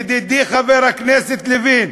ידידי חבר הכנסת לוין,